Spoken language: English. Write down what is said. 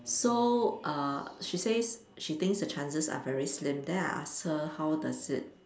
so uh she says she thinks the chances are very slim then I asked her how does it